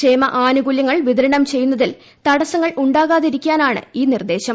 ക്ഷേമ ആനുകൂല്യങ്ങൾ വിതരണം ചെയ്യുന്നതിൽ തടസങ്ങൾ ഉണ്ടാകാതിരിക്കാനാണ് ഈ നിർദ്ദേശം